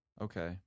Okay